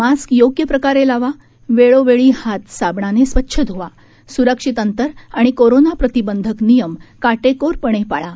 mask योग्य प्रकारे लावा वेळोवेळी हात साबणाने स्वच्छ ध्वा सुरक्षित अंतर आणि कोरोना प्रतिबंधक नियम काटेकोरपणे पाळा